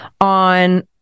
on